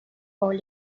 four